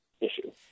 issue